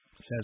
says